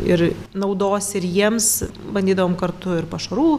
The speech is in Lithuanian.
ir naudos ir jiems bandydavom kartu ir pašarų